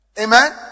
Amen